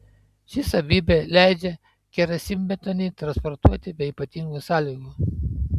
ši savybė leidžia keramzitbetonį transportuoti be ypatingų sąlygų